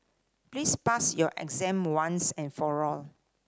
please pass your exam once and for all